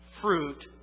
fruit